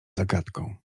zagadką